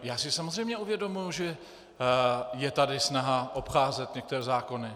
Já si samozřejmě uvědomuji, že je tady snaha obcházet některé zákony.